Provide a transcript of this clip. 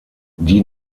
die